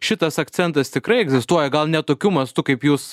šitas akcentas tikrai egzistuoja gal ne tokiu mastu kaip jūs